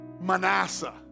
Manasseh